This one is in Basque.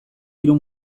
hiru